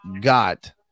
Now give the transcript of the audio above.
got